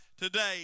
today